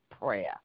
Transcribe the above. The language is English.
prayer